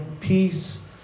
peace